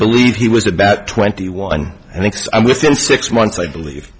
believe he was about twenty one i think i'm within six months i believe